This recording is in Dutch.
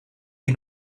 die